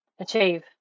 achieve